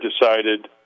decided